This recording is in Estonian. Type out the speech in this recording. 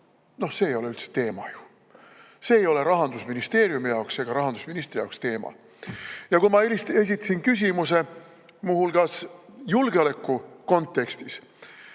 – see ei ole ju üldse teema. See ei ole Rahandusministeeriumi jaoks ja ka rahandusministri jaoks teema. Kui ma esitasin küsimuse muu hulgas julgeoleku kontekstis,